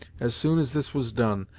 as soon as this was done,